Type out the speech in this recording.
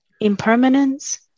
Impermanence